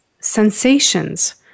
sensations